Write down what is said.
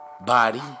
body